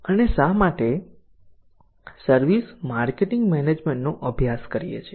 અને શા માટે સર્વિસ માર્કેટિંગ મેનેજમેન્ટનો અભ્યાસ કરીએ છીએ